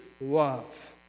love